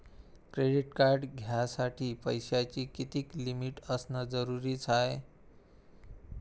Credit card घ्यासाठी पैशाची कितीक लिमिट असनं जरुरीच हाय?